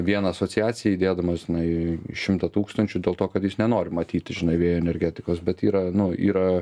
vien asociacijai įdėdamas žinai šimtą tūkstančių dėl to kad jis nenori matyti žinai vėjo energetikos bet yra nu yra